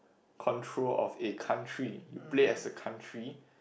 control of a country you play as a country